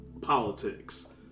politics